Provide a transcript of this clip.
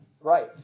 right